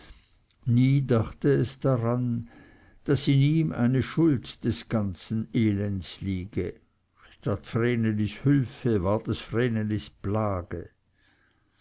nie dachte es daran daß in ihm eine schuld des ganzen elends liege statt vrenelis hülfe ward es vrenelis plage